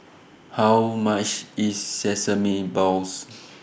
How much IS Sesame Balls